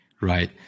right